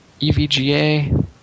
EVGA